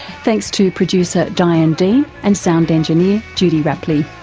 thanks to producer diane dean and sound engineer judy rapley.